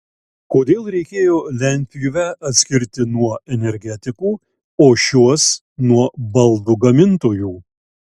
kodėl reikėjo lentpjūvę atskirti nuo energetikų o šiuos nuo baldų gamintojų